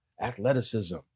athleticism